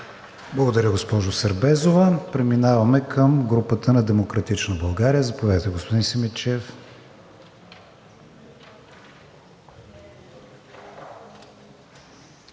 Благодаря, госпожо Сербезова. Преминаваме към групата на „Демократична България“. Заповядайте, господин Симидчиев.